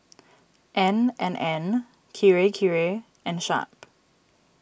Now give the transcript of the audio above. N and N Kirei Kirei and Sharp